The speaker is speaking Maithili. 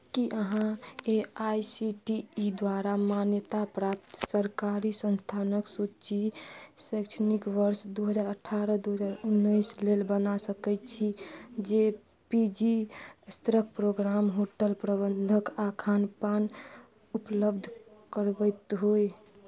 की अहाँ A I C T E द्वारा मान्यताप्राप्त सरकरी संस्थानक सूची शैक्षणिक वर्ष दू हजार अठारह दू हजार उनैस लेल बना सकय छी जे पी जी स्तरक प्रोगाम होटल प्रबन्धक आओर खानपान उपलब्ध करबैत होइ